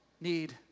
need